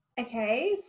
Okay